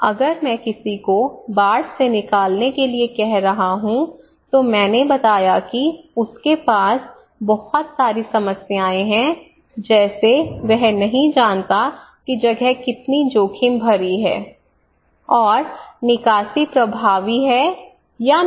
अगर मैं किसी को बाढ़ से निकालने के लिए कह रहा हूं तो मैंने बताया कि उसके पास बहुत सारी समस्याएं हैं जैसे वह नहीं जानता कि जगह कितनी जोखिम भरी है और निकासी प्रभावी है या नहीं